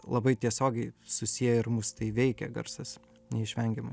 labai tiesiogiai susiję ir mus tai veikia garsas neišvengiamai